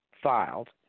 filed